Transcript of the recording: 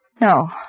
No